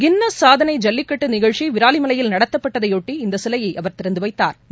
Guinness சாதனை ஜல்லிக்கட்டு நிகழ்ச்சி விராவிமலையில் நடத்தப்பட்டதையொட்டி இந்த சிலையை அவர் திறந்துவைத்தாா்